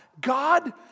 God